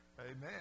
Amen